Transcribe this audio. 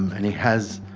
and he has,